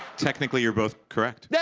technically you're both correct. yeah